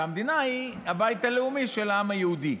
והמדינה היא הבית הלאומי של העם היהודי.